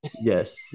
Yes